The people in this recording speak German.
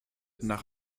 nach